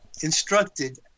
instructed